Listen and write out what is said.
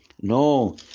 No